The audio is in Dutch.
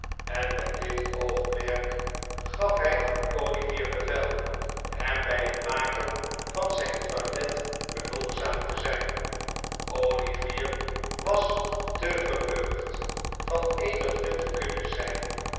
en met dit oogmerk gaf hij aan olivier bevel hem bij het maken van zijn toilet behulpzaam te zijn olivier was te verheugd van eenig nut te kunnen zijn